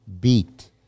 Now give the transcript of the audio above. beat